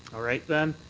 all right then.